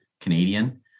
Canadian